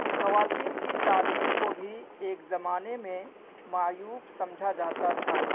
خواتین کی تعلیم کو بھی ایک زمانے میں معیوب سمجھا جاتا تھا